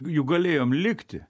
juk galėjom likti